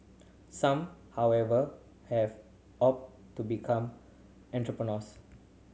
some however have opt to become entrepreneurs